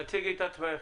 תציגי את עצמך.